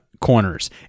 corners